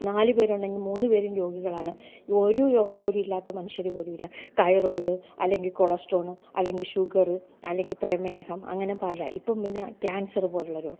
നാല് പേരുണ്ടെങ്കിൽ മൂന്നു പേരും രോഗികളാണ് ഒരു രോഗംപോലും ഇല്ലാത്ത മനുഷ്യരുപോലുമില്ല തൈറോയിഡ് അല്ലെങ്കില് കൊളെസ്ട്രോള് അല്ലെങ്കില് ഷുഗര് അല്ലെങ്കില് പ്രമേഹം അങ്ങനെ പല ഇപ്പോള് പിന്നെ ക്യാൻസറുപോലെയുള്ള രോഗം